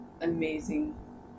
amazing